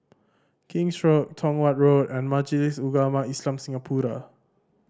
King's Road Tong Watt Road and Majlis Ugama Islam Singapura